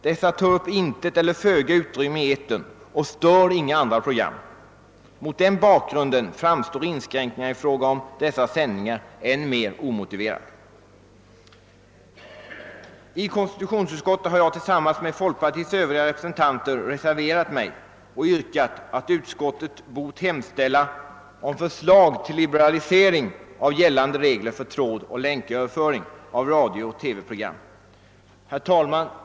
Dessa tar upp intet eller föga utrymme i etern och stör inga andra program. Mot den bakgrunden framstår inskränkningarna i fråga om dessa sändningar som än mer omotiverad. I konstitutionsutskottet har jag tillsammans med folkpartiets övriga representanter reserverat mig och yrkat att utskottet bort hemställa om förslag till liberalisering av gällande regler för trådoch länköverföring av radiooch TV-program. Herr talman!